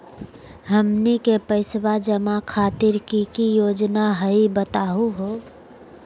हमनी के पैसवा जमा खातीर की की योजना हई बतहु हो?